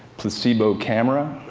placebo camera.